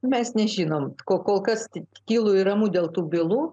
mes nežinom kol kas tylu ir ramu dėl tų bylų